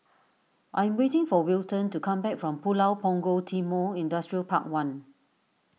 I am waiting for Wilton to come back from Pulau Punggol Timor Industrial Park one